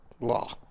law